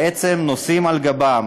בעצם נושאים על גבם